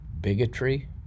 bigotry